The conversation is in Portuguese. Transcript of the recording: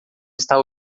está